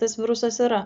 tas virusas yra